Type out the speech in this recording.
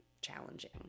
challenging